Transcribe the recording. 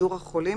בפיזור החולים